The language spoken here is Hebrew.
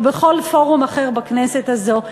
או בכל פורום אחר בכנסת הזאת,